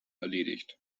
erledigt